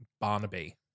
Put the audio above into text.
Barnaby